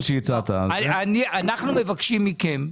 אנחנו מבקשים מכם,